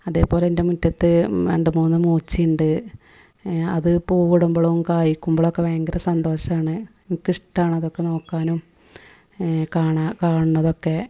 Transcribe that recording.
അതേപോലെ എന്റെ മുറ്റത്ത് രണ്ട് മൂന്ന് മൂചി ഉണ്ട് അത് പൂവിടുമ്പോഴും കായ്ക്കുമ്പോഴുമൊക്കെ ഭയങ്കര സന്തോഷമാണ് എനിക്കിഷ്ടമാണ് അതൊക്കെ നോക്കാനും കാണാ കാണുന്നതൊക്കെ